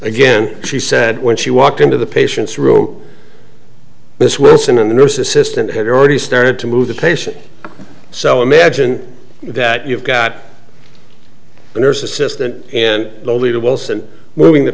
again she said when she walked into the patient's room miss wilson and the nurse assistant had already started to move the patient so imagine that you've got a nurse assistant and lolita wilson moving the